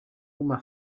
oma